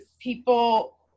people